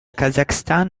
kazakhstan